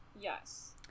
Yes